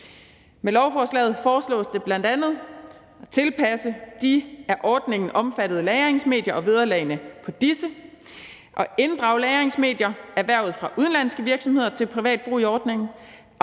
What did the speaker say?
Med lovforslaget foreslås det bl.a. at tilpasse de af ordningen omfattede lagringsmedier og vederlagene på disse, at inddrage lagringsmedier erhvervet fra udenlandske virksomheder til privat brug i ordningen,